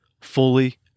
fully